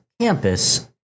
campus